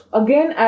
again